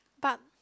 but